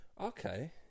Okay